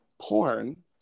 Porn